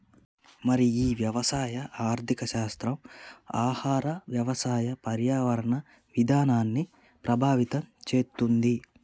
మరి ఈ వ్యవసాయ ఆర్థిక శాస్త్రం ఆహార వ్యవసాయ పర్యావరణ ఇధానాన్ని ప్రభావితం చేతుంది